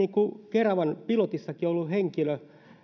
keravan pilotissa ollut henkilö